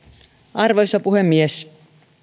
arvoisa puhemies